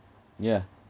yeah